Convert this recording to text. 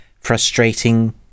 frustrating